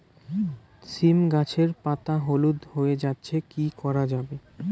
সীম গাছের পাতা হলুদ হয়ে যাচ্ছে কি করা যাবে?